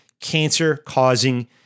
cancer-causing